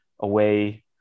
away